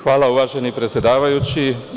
Hvala uvaženi predsedavajući.